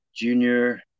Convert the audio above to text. Junior